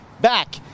back